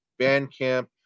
Bandcamp